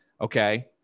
Okay